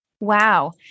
Wow